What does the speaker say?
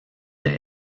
der